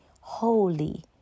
holy